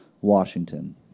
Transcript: Washington